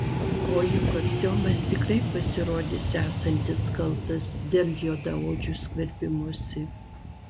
o juk artiomas tikrai pasirodys esantis kaltas dėl juodaodžių skverbimosi